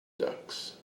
ducks